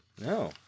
No